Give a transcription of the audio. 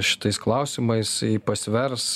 šitais klausimais pasvers